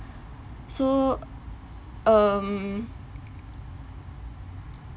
so um